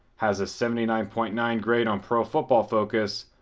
has a seventy nine point nine grade on pro football focus,